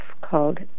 called